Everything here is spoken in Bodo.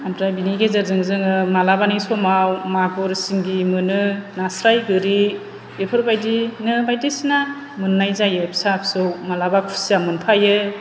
आमफ्राइ बिनि गेजेरजों जोङो मालाबानि समाव मागुर सिंगि मोनो नास्राइ गोरि बेफोर बायदिनो बायसिना मोन्नाय जायो फिसा फिसौ मालाबा खुसिया मोनफायो